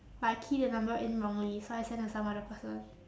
but I key the number in wrongly so I sent to some other person